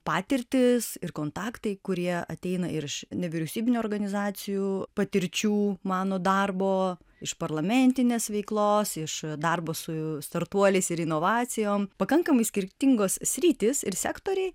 patirtys ir kontaktai kurie ateina ir iš nevyriausybinių organizacijų patirčių mano darbo iš parlamentinės veiklos iš darbo su startuoliais ir inovacijom pakankamai skirtingos sritys ir sektoriai